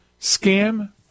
scam